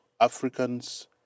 Africans